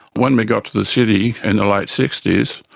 when we got to the city, in the late sixty s,